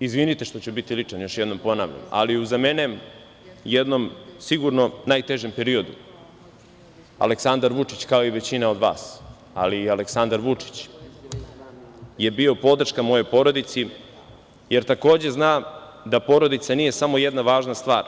Izvinite što ću biti ličan, još jednom ponavljam, ali za mene u jednom sigurno najtežem periodu, Aleksandar Vučić, kao i većina od vas, ali i Aleksandar Vučić, je bio podrška mojoj porodici, jer takođe znam da porodica nije samo jedna važna stvar,